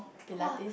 !wah!